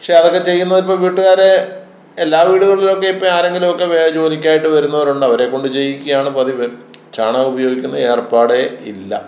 പക്ഷേ അതോക്കെ ചെയ്യുന്നതിപ്പോള് വീട്ടുകാരെ എല്ലാ വീടുകളിലുമൊക്കെയിപ്പോള് ആരെങ്കിലുമൊക്കെ വേറെ ജോലിക്കായിട്ട് വരുന്നവരുണ്ട് അവരെ കൊണ്ട് ചെയ്യിക്കുകയാണ് പതിവ് ചാണകം ഉപയോഗിക്കുന്ന ഏർപ്പാടേ ഇല്ല